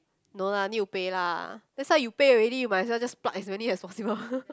no lah need to pay lah that's are you pay already you might as well just pluck as many as possible